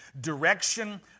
Direction